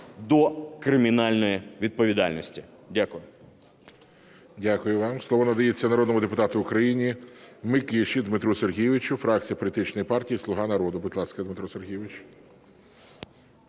до кримінальної відповідальності. Дякую.